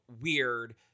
weird